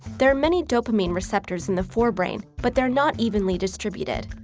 there are many dopamine receptors in the forebrain, but they're not evenly distributed.